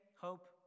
hope